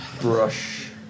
Brush